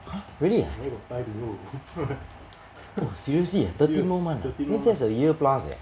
!huh! really ah !wah! seriously ah thirteen more month ah means that's a year plus eh